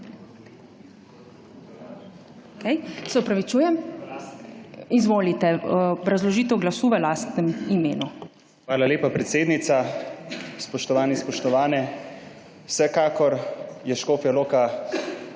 Hvala lepa predsednica. Spoštovani, spoštovane! Vsekakor je Škofja Loka